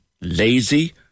lazy